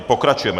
Pokračujeme.